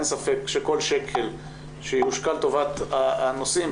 אין ספק שכל שקל שיושקע לטובת הנושאים,